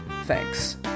thanks